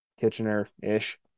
Kitchener-ish